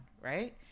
Right